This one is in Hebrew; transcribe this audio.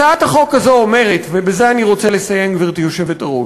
נא לסיים.